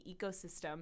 ecosystem